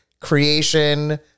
creation